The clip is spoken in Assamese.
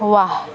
ৱাহ